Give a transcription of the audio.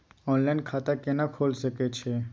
Online खाता केना खोले सकै छी?